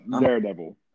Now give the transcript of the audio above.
Daredevil